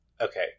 Okay